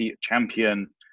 Champion